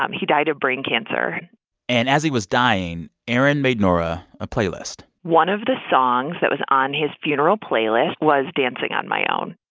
um he died of brain cancer and as he was dying, aaron made nora a playlist one of the songs that was on his funeral playlist was dancing on my own.